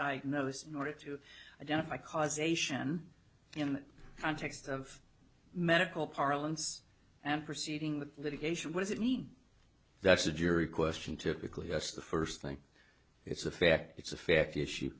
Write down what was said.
diagnose in order to identify causation in the context of medical parlance and proceeding with litigation what does it mean that's a jury question typically that's the first thing it's a fact it's a fact issue